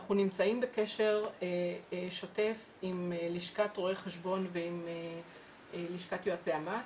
נמצאים בקשר שוטף עם לשכת רואי חשבון ועם לשכת יועצי המס,